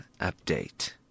update